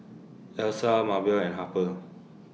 Elsa Maebell and Harper